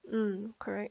mm correct